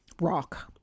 Rock